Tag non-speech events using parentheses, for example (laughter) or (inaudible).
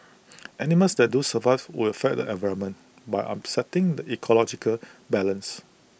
(noise) animals that do survive would affect the environment by upsetting the ecological balance